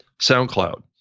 SoundCloud